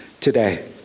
today